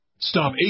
Stop